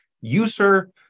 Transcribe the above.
user